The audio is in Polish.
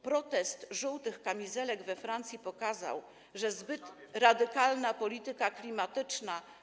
Protest „żółtych kamizelek” we Francji pokazał, że zbyt radykalna polityka klimatyczna.